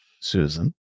susan